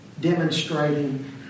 demonstrating